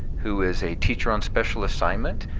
who is a teacher on special assignment,